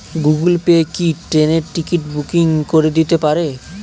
Google Pay কি ট্রেনের ticket booking করে দিতে পারে?